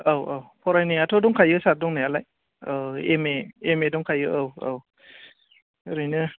औ औ फरायनायाथ' दंखायो सार दंनायालाय औ एम ए दंखायो औ औ ओरैनो